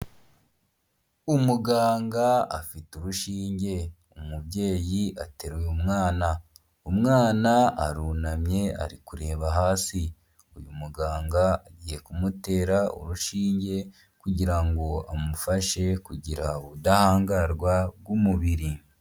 Umuganga afite urushinge, umubyeyi ateru uyu mwana, umwana arunamye ari kureba hasi, uyu muganga agiye kumutera urushinge, kugira ngo amufashe kugira ubudahangarwa bw'umubiri.